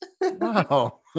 Wow